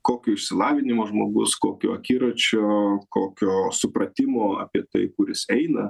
kokio išsilavinimo žmogus kokio akiračio kokio supratimo apie tai kur jis eina